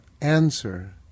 answer